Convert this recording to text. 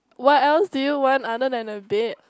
what else do you want other than a bed